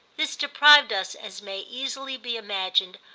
this deprived us, as may easily be imagined,